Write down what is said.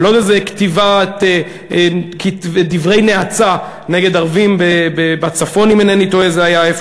על עוד איזה כתיבת דברי נאצה נגד ערבים בצפון זה היה,